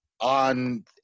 on